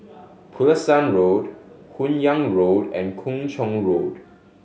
Pulasan Road Hun Yeang Road and Kung Chong Road